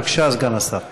בבקשה, סגן השר.